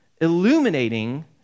illuminating